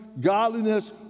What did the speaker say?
godliness